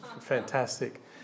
Fantastic